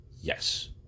Yes